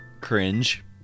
Cringe